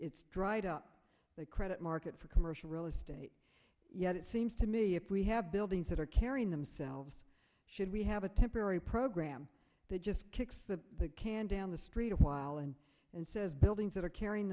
dried up the credit market for commercial real estate yet it seems to me if we have buildings that are carrying themselves should we have a temporary program that just kicks the can down the street a while and and says buildings that are carrying